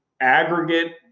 aggregate